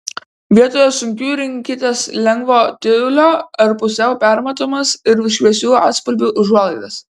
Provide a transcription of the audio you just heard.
vietoje sunkių rinkitės lengvo tiulio ar pusiau permatomas ir šviesių atspalvių užuolaidas